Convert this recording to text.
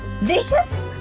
Vicious